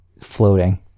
floating